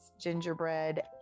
gingerbread